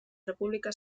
república